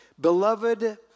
beloved